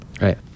Right